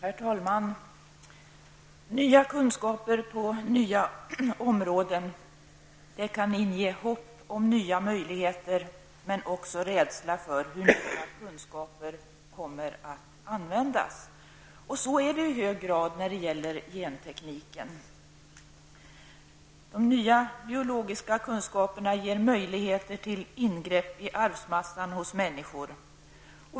Herr talman! Nya kunskaper på nya områden kan inge hopp om nya möjligheter men också rädsla för hur nya kunskaper kommer att användas. Så är det i hög grad när det gäller gentekniken. De nya biologiska kunskaperna ger möjligheter till ingrepp i arvsmassan hos människor.